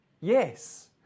Yes